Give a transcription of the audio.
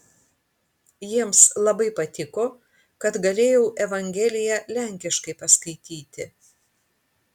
jiems labai patiko kad galėjau evangeliją lenkiškai paskaityti